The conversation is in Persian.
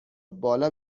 بالا